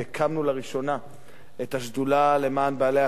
לראשונה את השדולה למען בעלי-החיים,